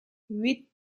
huit